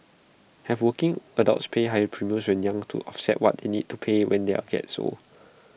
have working adults pay higher premiums when young to offset what they need to pay when they get old